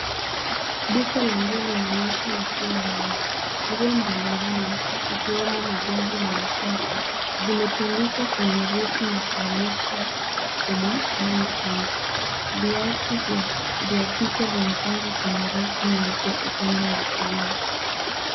Duka la nguo linaonyeshwa likiwa wazi. Nguo mbalimbali ikiwemo majazi na mashati zimetundikwa kwenye reki na kuonyesha kwenye manu kings . Viatu vya kike vimepangwa kwenye rafu nyeupe upande wa kulia.